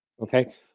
Okay